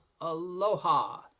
aloha